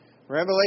Revelation